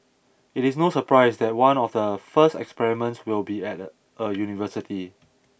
it is no surprise that one of the first experiments will be at a university